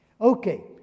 Okay